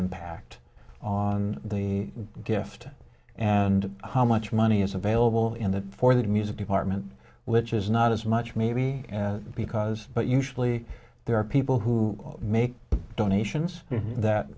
impact on the gift and how much money is available in that for the music department which is not as much maybe because but usually there are people who make donations that